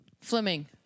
Fleming